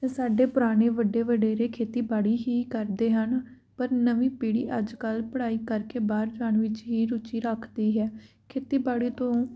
ਸਾਡੇ ਪੁਰਾਣੇ ਵੱਡੇ ਵਡੇਰੇ ਖੇਤੀਬਾੜੀ ਹੀ ਕਰਦੇ ਹਨ ਪਰ ਨਵੀਂ ਪੀੜ੍ਹੀ ਅੱਜ ਕੱਲ੍ਹ ਪੜ੍ਹਾਈ ਕਰਕੇ ਬਾਹਰ ਜਾਣ ਵਿੱਚ ਹੀ ਰੁਚੀ ਰੱਖਦੀ ਹੈ ਖੇਤੀਬਾੜੀ ਤੋਂ